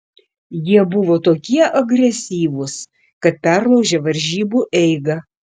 jie buvo tokie agresyvūs kad perlaužė varžybų eigą